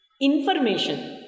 information